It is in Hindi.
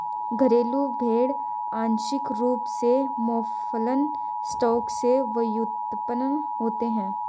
घरेलू भेड़ आंशिक रूप से मौफलन स्टॉक से व्युत्पन्न होते हैं